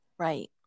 Right